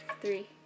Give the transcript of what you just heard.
Three